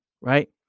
Right